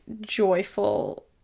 joyful